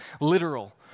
literal